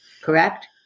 correct